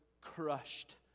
crushed